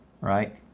right